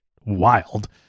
wild